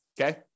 Okay